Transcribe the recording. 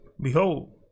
Behold